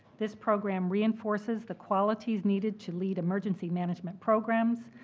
this program reinforces the qualities needed to lead emergency management programs,